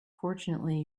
fortunately